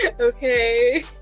okay